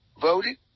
voted